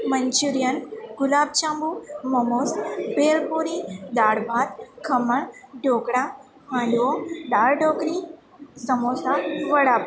Manchurian gulab jamun momos bhel puri dal bhat khaman dhokla handvo dal dhokli samosa vada pav